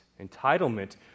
Entitlement